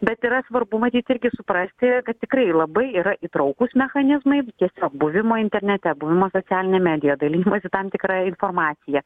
bet yra svarbu matyt irgi suprasti kad tikrai labai yra įtraukūs mechanizmai tie buvimo internete buvimo socialinėje medijoje dalinimosi tam tikra informacija